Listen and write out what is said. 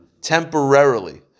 temporarily